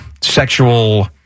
sexual